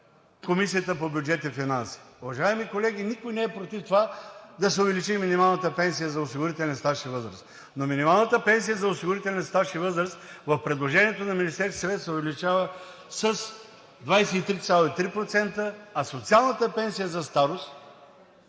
Комисията по бюджет и финанси. Уважаеми колеги, никой не е против това да се увеличи минималната пенсия за осигурителен стаж и възраст, но минималната пенсия за осигурителен стаж и възраст в предложението на Министерския съвет се увеличава с 23,3%, а социалната пенсия за старост,